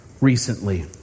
recently